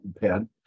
pen